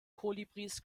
kolibris